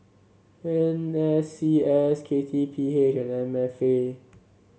N S C S K T P H and M F A